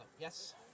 Yes